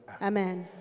Amen